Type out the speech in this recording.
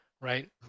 right